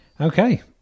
Okay